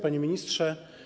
Panie Ministrze!